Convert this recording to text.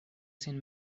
sen